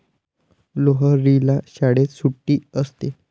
लोहरीला शाळेत सुट्टी असते